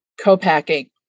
co-packing